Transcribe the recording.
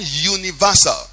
universal